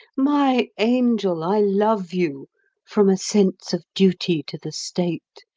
my angel, i love you from a sense of duty to the state.